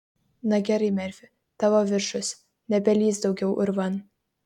na gerai merfi tavo viršus nebelįsk daugiau urvan